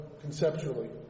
conceptually